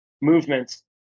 movements